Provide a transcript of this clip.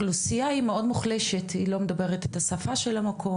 כשהאוכלוסייה היא מאוד מוחלשת כי היא לא מדברת את השפה של המקום,